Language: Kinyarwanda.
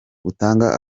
butanga